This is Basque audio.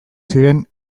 ziren